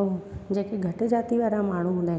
ऐं जेके घटि जाती वारा माण्हू हूंदा आहिनि